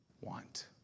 want